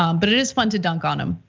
um but it is fun to dunk on him.